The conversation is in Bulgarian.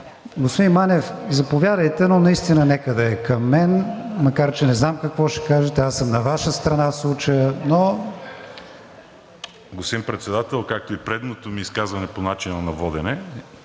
Господин Манев, заповядайте, но наистина нека да е към мен, макар че не знам какво ще кажете. Аз съм на Ваша страна в случая, но... МАНОИЛ МАНЕВ (ГЕРБ-СДС): Господин Председател, както и предното ми изказване е по начина на водене,